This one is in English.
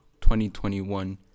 2021